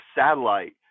satellite